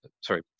Sorry